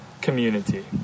community